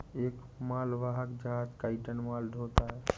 एक मालवाहक जहाज कई टन माल ढ़ोता है